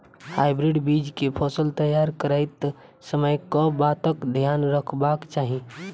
Hybrid बीज केँ फसल तैयार करैत समय कऽ बातक ध्यान रखबाक चाहि?